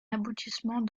aboutissement